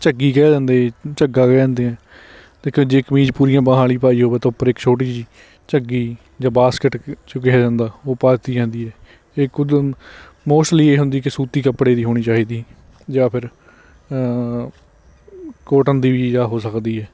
ਝੱਗੀ ਕਹਿ ਦਿੰਦੇ ਝੱਗਾ ਕਹਿ ਦਿੰਦੇ ਅਤੇ ਜੇ ਕਮੀਜ਼ ਪੂਰੀਆਂ ਬਾਹਾਂ ਵਾਲੀ ਪਾਈ ਹੋਵੇ ਤਾਂ ਉੱਪਰ ਇੱਕ ਛੋਟੀ ਜਿਹੀ ਝੱਗੀ ਜਾਂ ਬਾਸਕਿੱਟ ਜੋ ਕਿਹਾ ਜਾਂਦਾ ਉਹ ਪਾ ਦਿੱਤੀ ਜਾਂਦੀ ਹੈ ਇੱਕ ਮੋਸਟਲੀ ਇਹ ਹੁੰਦੀ ਕਿ ਸੂਤੀ ਕੱਪੜੇ ਦੀ ਹੋਣੀ ਚਾਹੀਦੀ ਜਾਂ ਫਿਰ ਕੋਟਨ ਦੀ ਵੀ ਜਾਂ ਹੋ ਸਕਦੀ ਹੈ